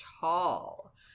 tall